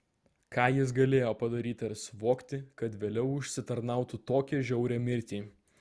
ką jis galėjo padaryti ar suvokti kad vėliau užsitarnautų tokią žiaurią mirtį